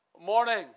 morning